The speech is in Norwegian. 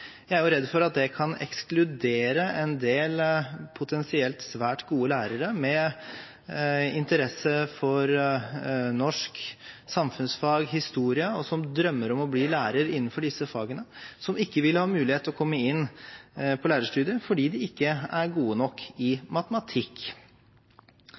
Jeg er redd for at det kan ekskludere en del potensielt svært gode lærere med interesse for norsk, samfunnsfag, historie og som drømmer om å bli lærere innenfor disse fagene, og som ikke vil ha mulighet til å komme inn på lærerstudiet fordi de ikke er gode nok i